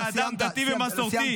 -- כאדם דתי ומסורתי,